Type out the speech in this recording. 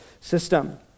system